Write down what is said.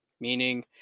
meaning